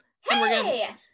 Hey